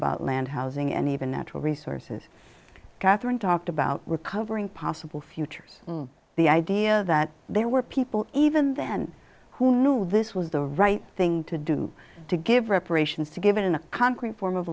about land housing and even natural resources catherine talked about recovering possible futures the idea that there were people even then who knew this was the right thing to do to give reparations to given a concrete form of